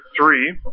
three